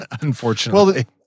unfortunately